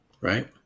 right